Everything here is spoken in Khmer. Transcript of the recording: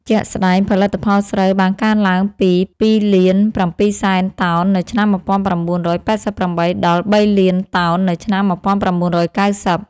ជាក់ស្តែង ផលិតផលស្រូវបានកើនឡើងពី ២,៧០០,០០០ តោននៅឆ្នាំ១៩៨៨ ដល់ ៣,០០០,០០០ តោននៅឆ្នាំ១៩៩០។